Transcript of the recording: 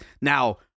Now